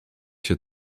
się